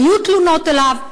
היו תלונות אליו.